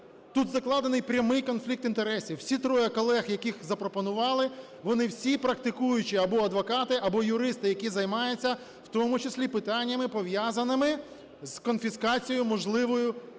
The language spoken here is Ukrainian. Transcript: Тут закладений прямий конфлікт інтересів. Всі троє колег, яких запропонували, вони всі практикуючі або адвокати, або юристи, які займаються, у тому числі, питаннями, пов'язаними з конфіскацією можливою